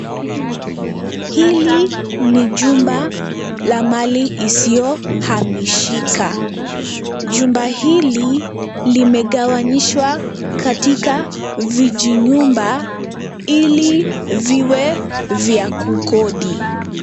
Hili ni jumba la mali isiyo hamishika. Jumba hili limegawanyishwa katika vijinyumba ili viwe vya kukodi.